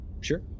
Sure